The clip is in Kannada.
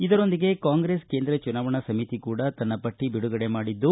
ಇದರೊಂದಿಗೆ ಕಾಂಗ್ರೆಸ್ ಕೇಂದ್ರ ಚುನಾವಣಾ ಸಮಿತಿ ಕೂಡಾ ತನ್ನ ಎರಡನೆ ಪಟ್ಟಿ ಬಿಡುಗಡೆ ಮಾಡಿದ್ದು